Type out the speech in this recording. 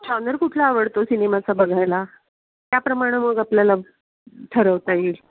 genre कुठला आवडतो सिनेमाचा बघायला त्याप्रमाणे मग आपल्याला ठरवता येईल